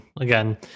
again